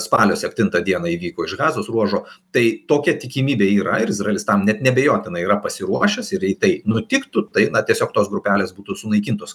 spalio septintą dieną įvyko iš gazos ruožo tai tokia tikimybė yra ir izraelis tam net neabejotinai yra pasiruošęs ir jei tai nutiktų tai na tiesiog tos grupelės būtų sunaikintos